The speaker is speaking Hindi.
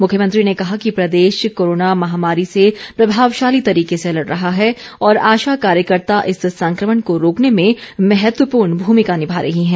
मुख्यमंत्री ने कहा कि प्रदेश कोरोना महामारी से प्रभावशाली तरीके से लड़ रहा है और आशा कार्यकर्ता इस संक्रमण को रोकने में महत्वपूर्ण भूमिका निभा रही हैं